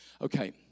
Okay